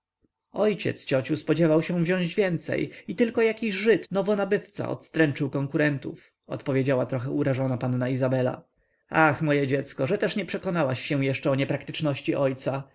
ojciec ciociu spodziewał się wziąć więcej i tylko jakiś żyd nowonabywca odstręczył konkurentów odpowiedziała trochę urażona panna izabela ach moje dziecko że też nie przekonałaś się jeszcze o niepraktyczności ojca